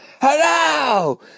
Hello